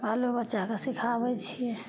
बालो बच्चाके सीखाबय छियै